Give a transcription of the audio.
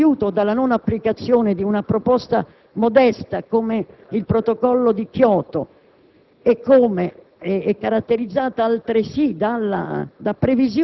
In un'era caratterizzata dal rifiuto o dalla non applicazione di una proposta modesta come il Protocollo di Kyoto,